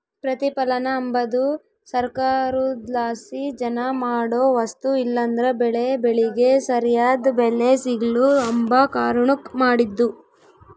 ಪ್ರತಿಪಲನ ಅಂಬದು ಸರ್ಕಾರುದ್ಲಾಸಿ ಜನ ಮಾಡೋ ವಸ್ತು ಇಲ್ಲಂದ್ರ ಬೆಳೇ ಬೆಳಿಗೆ ಸರ್ಯಾದ್ ಬೆಲೆ ಸಿಗ್ಲು ಅಂಬ ಕಾರಣುಕ್ ಮಾಡಿದ್ದು